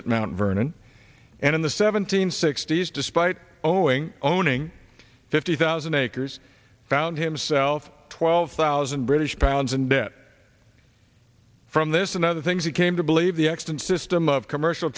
at mount vernon and in the seventeenth sixties despite owing owning fifty thousand acres found himself twelve thousand british pounds in debt from this and other things that came to believe the extant system of commercial